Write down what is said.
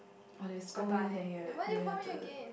orh they scold you then you you have to